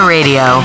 Radio